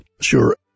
Sure